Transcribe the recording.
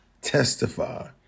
Testify